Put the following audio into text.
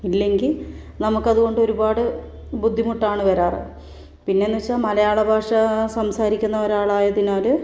ഇല്ലെങ്കിൽ നമുക്കതുകൊണ്ട് ഒരുപാട് ബുദ്ധിമുട്ടാണ് വരാറ് പിന്നേന്ന് വെച്ചാൽ മലയാളഭാഷ സംസാരിക്കുന്ന ഒരാളായതിനാല്